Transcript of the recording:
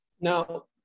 Now